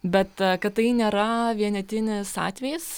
bet kad tai nėra vienetinis atvejis